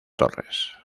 torres